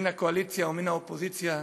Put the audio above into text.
מן הקואליציה ומן האופוזיציה,